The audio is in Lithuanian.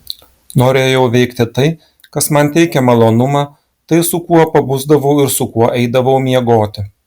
norėjau veikti tai kas man teikia malonumą tai su kuo pabusdavau ir su kuo eidavau miegoti